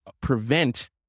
prevent